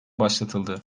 başlatıldı